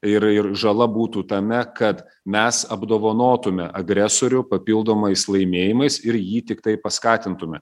ir ir žala būtų tame kad mes apdovanotume agresorių papildomais laimėjimais ir jį tiktai paskatintume